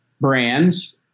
brands